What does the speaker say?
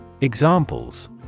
Examples